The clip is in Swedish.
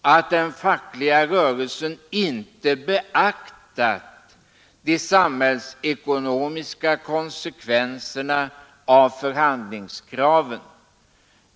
att den fackliga rörelsen inte beaktat de samhällsekonomiska konsekvenserna av förhandlingskraven.